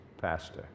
pastor